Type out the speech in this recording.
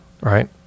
Right